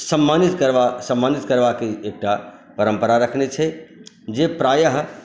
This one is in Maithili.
सम्मानित करबा सम्मानित करबाके एकटा परम्परा रखने छै जे प्रायः